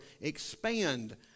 expand